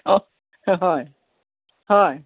অ' হয় হয়